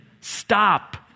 stop